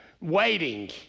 waiting